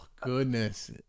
goodness